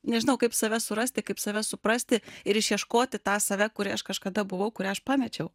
nežinau kaip save surasti kaip save suprasti ir išieškoti tą save kuri aš kažkada buvau kurią aš pamečiau